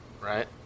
right